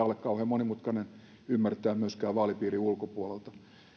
ole kauhean monimutkainen ymmärtää myöskään vaalipiirin ulkopuolelta